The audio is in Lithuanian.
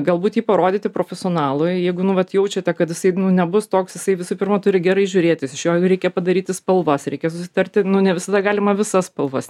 galbūt jį parodyti profesionalui jeigu nu vat jaučiate kad jisai nu nebus toks jisai visų pirma turi gerai žiūrėtis iš jo reikia padaryti spalvas reikia susitarti nu ne visada galima visas spalvas